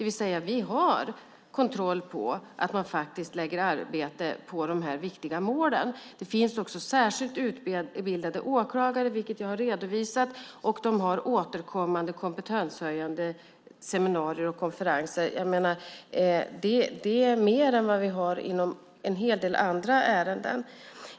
Vi har alltså kontroll på att man faktiskt lägger ned arbete på de här viktiga målen. Det finns också särskilt utbildade åklagare, vilket jag har redovisat. De har återkommande kompetenshöjande seminarier och konferenser. Det här är mer än vi har i en hel del andra ärenden.